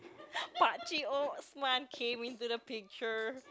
pakcik Osman came into the picture